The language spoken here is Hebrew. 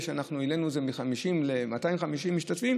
אנחנו העלינו מ-50 ל-250 משתתפים,